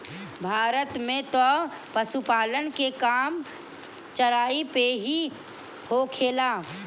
भारत में तअ पशुपालन के काम चराई पे ही होखेला